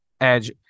Edge